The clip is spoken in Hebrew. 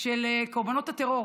של קורבנות הטרור